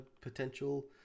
potential